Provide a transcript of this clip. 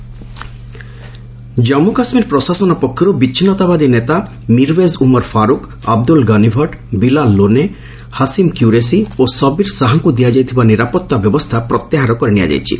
JK security Jammu Kashmir ପ୍ରଶାସନ ପକ୍ଷର୍ ବିଚ୍ଛିନ୍ଦତାବାଦୀ ନେତା ମିର୍ୱେଜ ଉମର୍ ଫାରୁକ ଅବଦୁଲ ଗନିଭଟ ବିଲାଲ ଲୋନେ ହସିମ କ୍ୟୁରେସି ଓ ସବିର ଶାହାଙ୍କୁ ଦିଆଯାଇଥିବା ନିରାପଭା ବ୍ୟବସ୍ଥା ପ୍ରତ୍ୟାହାର କରିନିଆଯାଇଛି